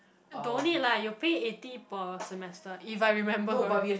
don't need lah you pay eighty per semester if I remember correct